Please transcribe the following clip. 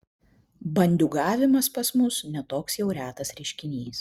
bandiūgavimas pas mus ne toks jau retas reiškinys